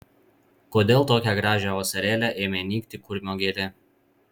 kodėl tokią gražią vasarėlę ėmė nykti kurmio gėlė